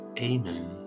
Amen